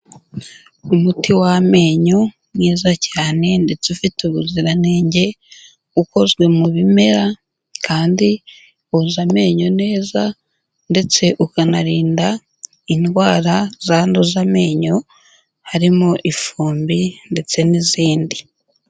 Umuti w'amenyo mwiza cyane ndetse ufite ubuziranenge, ukozwe mu bimera kandi woza amenyo neza ndetse ukanarinda indwara zanduza amenyo, harimo ifumbi ndetse n'izindi.